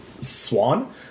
Swan